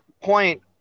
point